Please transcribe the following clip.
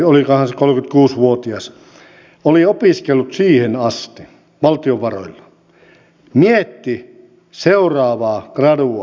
oli opiskellut siihen asti valtion varoilla mietti seuraavaa gradua minkä kävisi